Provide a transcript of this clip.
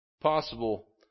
Possible